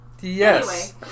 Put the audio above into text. Yes